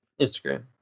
Instagram